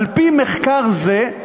על-פי מחקר זה,